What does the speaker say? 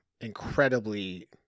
incredibly